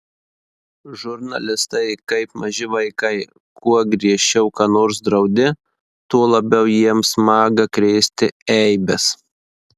žurnalistai kaip maži vaikai kuo griežčiau ką nors draudi tuo labiau jiems maga krėsti eibes